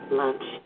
lunch